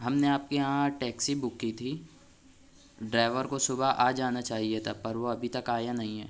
ہم نے آپ کے یہاں ٹیکسی بک کی تھی ڈرائیور کو صبح آجانا چاہیے تھا پر وہ ابھی تک آیا نہیں ہے